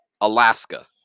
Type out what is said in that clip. Alaska